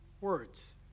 words